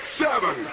seven